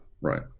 right